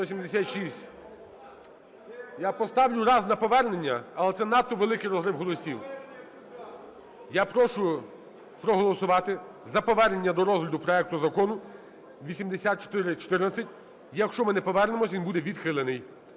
Я поставлю раз на повернення, але це надто великий розрив голосів. Я прошу проголосувати за повернення до розгляду проекту Закону 8414. Якщо ми не повернемось, він буде відхилений.